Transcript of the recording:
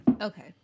Okay